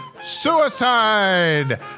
Suicide